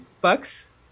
bucks